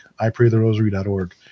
Ipraytherosary.org